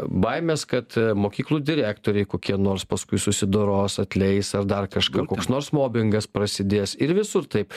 baimės kad mokyklų direktoriai kokie nors paskui susidoros atleis ar dar kažką koks nors mobingas prasidės ir visur taip